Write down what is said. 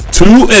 two